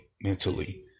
mentally